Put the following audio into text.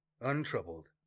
untroubled